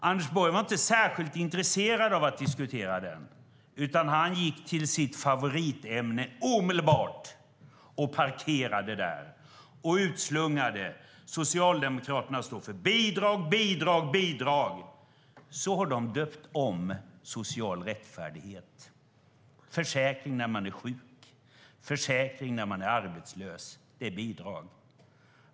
Anders Borg var inte särskilt intresserad av att diskutera det, utan han gick omedelbart till sitt favoritämne och parkerade där. Han utslungade: Socialdemokraterna står för bidrag, bidrag, bidrag! Så har Moderaterna döpt om social rättfärdighet. Försäkring när man är sjuk, försäkring när man är arbetslös, det är bidrag.